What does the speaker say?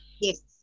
Yes